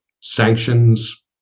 sanctions